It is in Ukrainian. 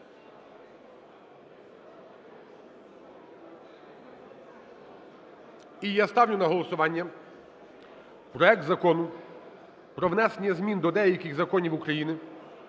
І я ставлю на голосування проект Закону про внесення змін до деяких законів України